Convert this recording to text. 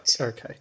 Okay